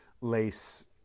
lace